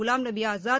Ghulam Nabi Azad